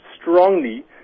strongly